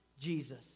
Jesus